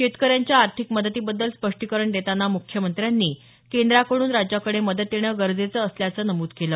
शेतकऱ्यांच्या आर्थिक मदतीबद्दल स्पष्टीकरण देताना मुख्यमंत्र्यांनी केंद्राकडून राज्याकडे मदत येणं गरजेचे असल्याचं नमूद केलं